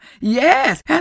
Yes